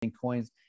coins